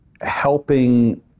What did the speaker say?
helping